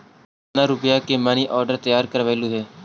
तु केतन रुपया के मनी आर्डर तैयार करवैले हहिं?